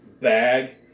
bag